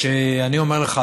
אני אומר לך,